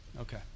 Okay